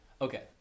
Okay